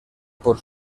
por